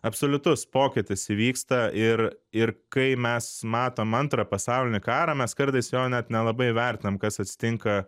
absoliutus pokytis įvyksta ir ir kai mes matom antrą pasaulinį karą mes kartais jo net nelabai vertinam kas atsitinka